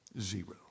Zero